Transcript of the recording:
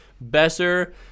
Besser